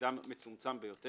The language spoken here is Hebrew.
תפקידם מצומצם ביותר.